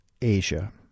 Asia